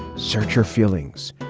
search your feelings.